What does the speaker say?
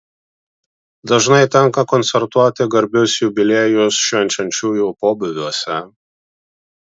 dažnai tenka koncertuoti garbius jubiliejus švenčiančiųjų pobūviuose